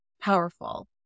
powerful